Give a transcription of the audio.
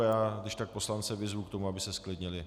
Já když tak poslance vyzvu k tomu, aby se zklidnili.